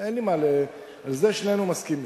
על זה שנינו מסכימים.